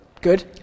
Good